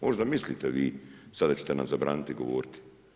Možda mislite vi sada ćete nam zabraniti govoriti.